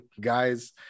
guys